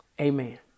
Amen